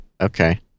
Okay